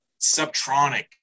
Subtronic